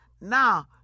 Now